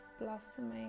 blossoming